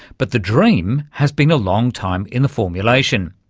but the dream has been a long time in the formulation.